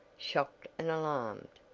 shocked and alarmed.